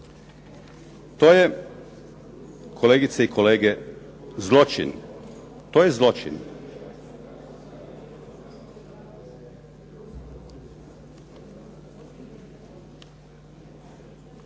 To je kolegice i kolege zločin. To je zločin.